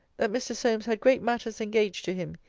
that mr. solmes had great matters engaged to him.